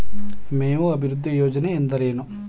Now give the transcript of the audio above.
ಮೇವು ಅಭಿವೃದ್ಧಿ ಯೋಜನೆ ಎಂದರೇನು?